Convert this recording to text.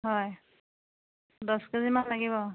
হয় দছ কেজিমান লাগিব